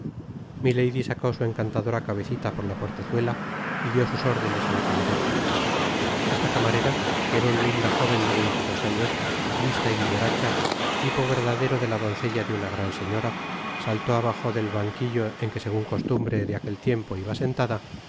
milady sacó su encantadora cabecita por la portezuela y dió sus órdenes á la camarera esta camarera que era una linda jóven de veinte y dos años lista y vivaraicha tipo verdadero de la doncella de una gran señora saltó abajo del banquillo en que segun costumbre de aquel tiempo iba sentada